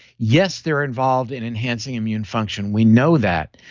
yes, they're involved in enhancing immune function. we know that.